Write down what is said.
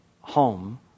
home